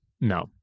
no